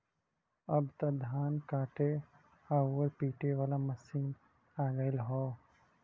अब त धान काटे आउर पिटे वाला मशीन आ गयल हौ